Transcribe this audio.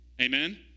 Amen